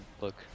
look